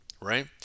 Right